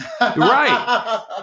Right